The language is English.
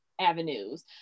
avenues